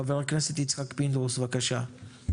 חבר הכנסת יצחק פינדרוס, בבקשה.